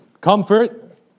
comfort